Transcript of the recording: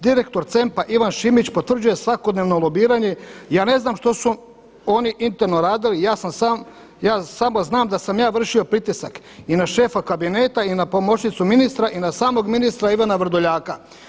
Direktor CEMP-a Ivan Šimić potvrđuje svakodnevno lobiranje i ja ne znam što su oni interno radili, ja samo znam da sam ja vršio pritisak i na šefa kabineta i na pomoćnicu ministra i na samog ministra Ivana Vrdoljaka.